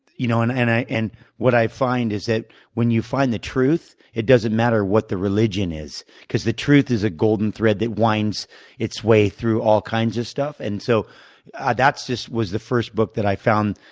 you know, and and and what i find is that when you find the truth, it doesn't matter what the religion is because the truth is a golden thread that winds its way through all kinds of stuff. and so ah that just was the first book that i found